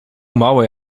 małe